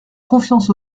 confiance